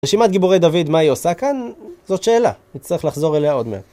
רשימת גיבורי דוד, מה היא עושה כאן? זאת שאלה, נצטרך לחזור אליה עוד מעט.